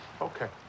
Okay